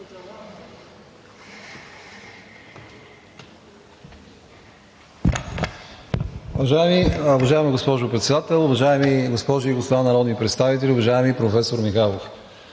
Уважаема госпожо Председател, уважаеми госпожи и господа народни представители! Уважаеми професор Михайлов,